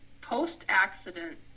post-accident